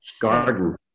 garden